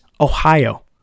ohio